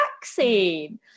vaccine